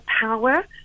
power